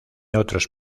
otros